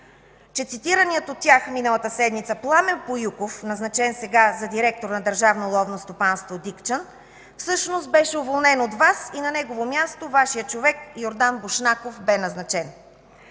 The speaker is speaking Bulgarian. че цитираният от тях миналата седмица Пламен Поюков, назначен сега за директор на Държавно ловно стопанство „Дикчан”, всъщност беше уволнен от Вас и на негово място бе назначен Вашият човек Йордан Бошнаков.